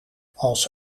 als